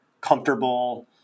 comfortable